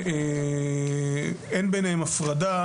שאין ביניהם הפרדה,